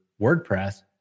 WordPress